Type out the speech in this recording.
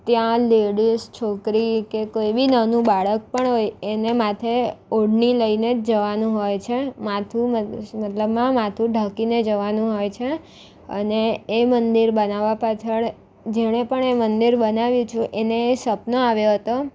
ત્યાં લેડિસ છોકરી કે કોઈ બી નાનું બાળક પણ હોય એને માથે ઓઢણી લઈને જ જવાનું હોય છે માથું મતલબમાં ઢાંકીને જવાનું હોય છે અને એ મંદિર બનાવવા પાછળ જેણે પણ એ મંદિર બનાવ્યું છું એને સપનો આવ્યો હતો